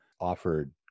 offered